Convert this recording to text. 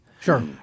Sure